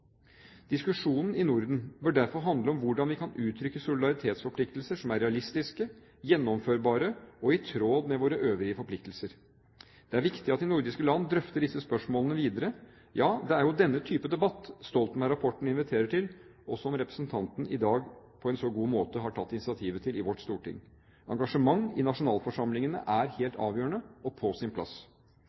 Diskusjonen i Norden bør derfor handle om hvordan vi kan uttrykke solidaritetsforpliktelser som er realistiske, gjennomførbare og i tråd med våre øvrige forpliktelser. Det er viktig at de nordiske land drøfter disse spørsmålene videre, ja det er jo denne type debatt Stoltenberg-rapporten inviterer til, og som representanten i dag på en så god måte har tatt initiativet til i vårt storting. Engasjement i nasjonalforsamlingene er helt avgjørende og på sin plass.